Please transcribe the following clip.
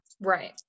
Right